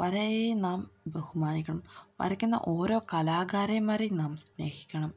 വരയെ നാം ബഹുമാനിക്കണം വരയ്ക്കുന്ന ഓരോ കലാകാരന്മാരെയും നാം സ്നേഹിക്കണം